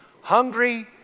hungry